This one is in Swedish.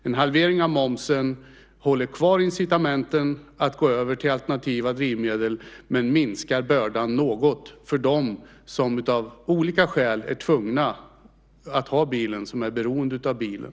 En halvering av momsen håller kvar incitamenten att gå över till alternativa drivmedel men minskar bördan något för dem som av olika skäl är tvungna att ha bilen och är beroende av bilen.